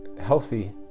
healthy